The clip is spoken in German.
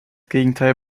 gegenteil